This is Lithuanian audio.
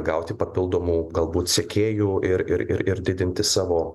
gauti papildomų galbūt sekėjų ir ir ir didinti savo